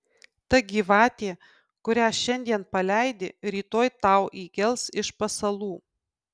ta gyvatė kurią šiandien paleidi rytoj tau įgels iš pasalų